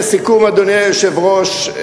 אדוני היושב-ראש,